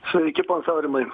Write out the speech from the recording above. sveiki ponas aurimai